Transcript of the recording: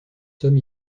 somme